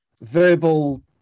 verbal